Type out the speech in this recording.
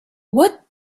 what